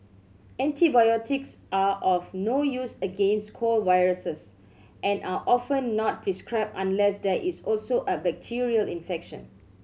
antibiotics are of no use against cold viruses and are often not prescribed unless there is also a bacterial infection